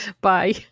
Bye